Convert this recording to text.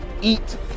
eat